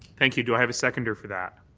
thank you. do i have a seconder for that?